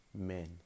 men